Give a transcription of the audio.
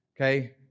okay